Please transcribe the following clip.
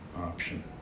option